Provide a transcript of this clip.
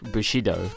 Bushido